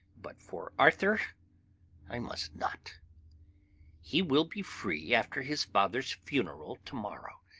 but for arthur i must not he will be free after his father's funeral to-morrow,